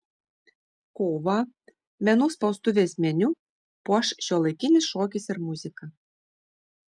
kovą menų spaustuvės meniu puoš šiuolaikinis šokis ir muzika